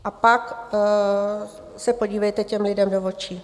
A pak se podívejte těm lidem do očí.